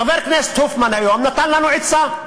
חבר הכנסת הופמן נתן לנו היום עצה: